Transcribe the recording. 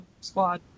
Squad